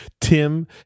Tim